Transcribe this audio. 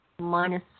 minus